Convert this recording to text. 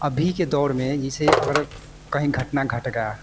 अभी के दौर में जैसे अगर कहीं घटना घट गया